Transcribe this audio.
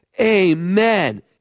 amen